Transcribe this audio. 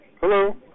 Hello